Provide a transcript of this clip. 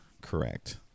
correct